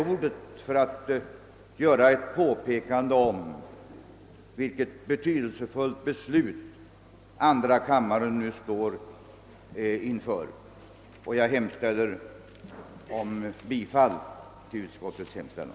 Jag har, herr talman, begärt ordet för att understryka vilket betydelsefullt beslut andra kammaren nu står inför. Jag yrkar bifall till utskottets hemställan.